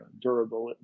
durable